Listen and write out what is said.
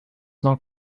not